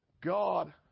God